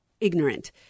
ignorant